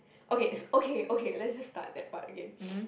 okay so okay okay let's just start that part again